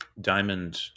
diamond